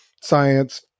science